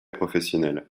professionnel